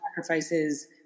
sacrifices